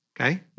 Okay